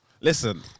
listen